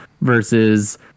versus